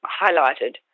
highlighted